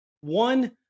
One